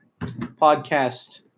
podcast